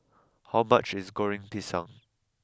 how much is Goreng Pisang